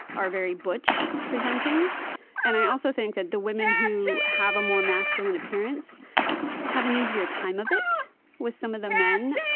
are very butch-presenting and i also think that the women who have a more masculine appearance have an easier time of it with some of the men.